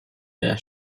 der